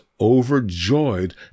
overjoyed